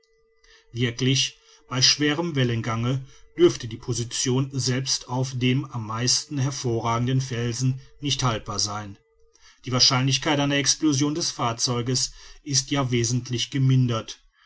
wirklich bei schwerem wellengange dürfte die position selbst auf den am meisten hervorragenden felsen nicht haltbar sein die wahrscheinlichkeit einer explosion des fahrzeugs ist ja wesentlich gemindert